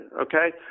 Okay